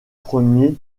premiers